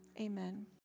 amen